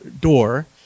door